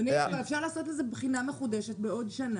אפשר לעשות על זה בחינה מחודשת בעוד שנה,